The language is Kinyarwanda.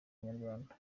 abanyarwanda